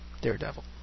Daredevil